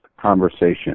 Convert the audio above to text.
conversation